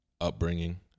upbringing